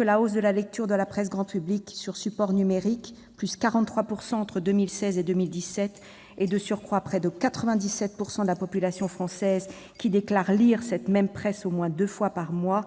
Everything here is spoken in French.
la hausse de la lecture de la presse grand public sur support numérique : une augmentation de 43 % entre 2016 et 2017 ; de surcroît, près de 97 % de la population française déclare lire cette même presse au moins une fois par mois,